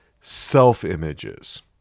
self-images